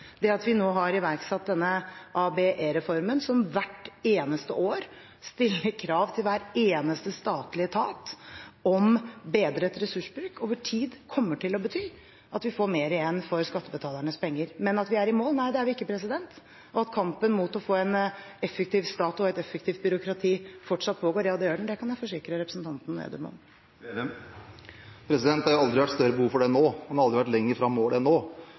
det at vi nå har iverksatt denne ABE-reformen, som hvert eneste år stiller krav til hver eneste statlige etat om bedret ressursbruk over tid, kommer til å bety at vi får mer igjen for skattebetalernes penger. Men er vi i mål? Nei, det er vi ikke. Pågår kampen frem mot å få en effektiv stat og et effektivt byråkrati fortsatt? Ja, det gjør den, det kan jeg forsikre representanten Slagsvold Vedum om. Det har jo aldri vært større behov for det enn nå, en har aldri vært lenger fra målet enn nå.